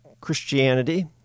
Christianity